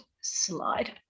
slide